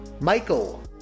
Michael